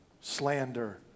slander